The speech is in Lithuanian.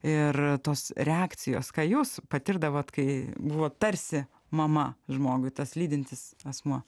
ir tos reakcijos ką jūs patirdavot kai buvo tarsi mama žmogui tas lydintis asmuo